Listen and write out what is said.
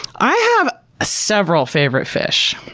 i have ah several favorite fish.